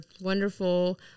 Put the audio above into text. wonderful